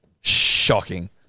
Shocking